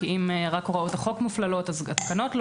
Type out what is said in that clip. כי אם רק הוראות החוק מופללות התקנות לא,